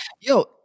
Yo